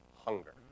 hunger